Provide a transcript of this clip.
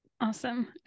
Awesome